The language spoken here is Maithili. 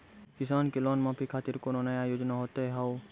किसान के लोन माफी खातिर कोनो नया योजना होत हाव?